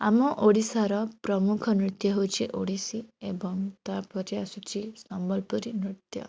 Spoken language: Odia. ଆମ ଓଡ଼ିଶାର ପ୍ରମୁଖ ନୃତ୍ୟ ହେଉଛି ଓଡ଼ିଶୀ ଏବଂ ତା'ପରେ ଆସୁଛି ସମ୍ବଲପୁରୀ ନୃତ୍ୟ